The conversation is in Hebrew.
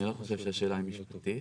אני לא חושב שהשאלה היא משפטית.